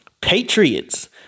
Patriots